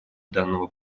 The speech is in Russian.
данного